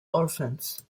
orphans